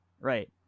Right